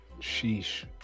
Sheesh